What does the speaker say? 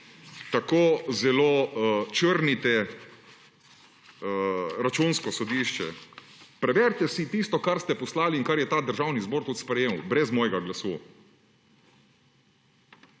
tako zelo črnite Računsko sodišče, preberite si tisto, kar ste poslali in kar je ta državni zbor tudi sprejemal brez mojega glasu.